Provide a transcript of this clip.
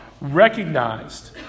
recognized